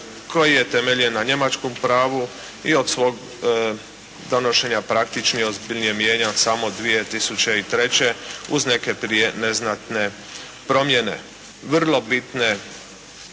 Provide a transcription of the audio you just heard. koji je temeljen na Njemačkom pravu i od svog donošenja praktično ozbiljnije mijenja samo 2003. uz neke prije neznatne promjene. Vrlo bitne